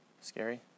Scary